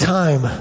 time